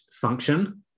function